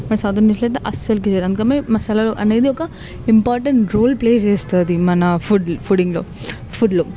ఇంకా సౌత్ ఇండియన్స్లో అయితే అసలుకి చేయరు ఎందుకంటే మసాలాలు అనేది ఒక ఇంపార్టెంట్ రోల్ ప్లే చేస్తుంది మన ఫుడ్ ఫుడ్డింగ్లో ఫుడ్లో